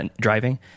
driving